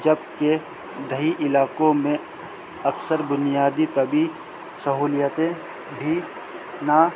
جبکہ دیہی علاقوں میں اکثر بنیادی تبھی سہولیتیں بھی نہ